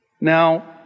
Now